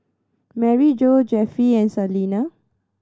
Maryjo Jeffie and Salina